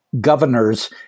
governors